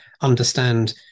understand